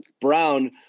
Brown